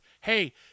hey